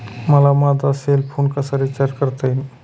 मला माझा cell phone कसा रिचार्ज करता येईल?